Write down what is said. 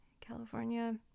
California